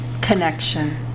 Connection